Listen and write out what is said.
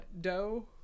dough